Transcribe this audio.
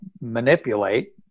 manipulate